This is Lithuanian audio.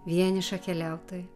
vieniša keliautoja